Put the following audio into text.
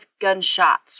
gunshots